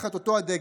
תחת אותו הדגל,